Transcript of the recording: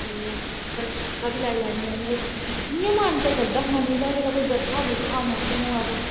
ते चसका बी लाई लैन्ने आं इयां इयां मन ते खाने दा बा जेल्लै कोई बरखा बुरखा मौसम होऐ ते